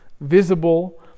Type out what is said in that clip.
visible